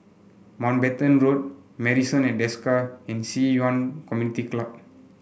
Mountbatten Road medicine and Desker and Ci Yuan Community Club